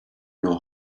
know